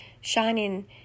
shining